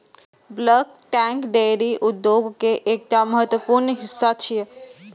bulk tank डेयरी उद्योग के एकटा महत्वपूर्ण हिस्सा छियै